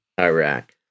Iraq